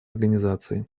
организации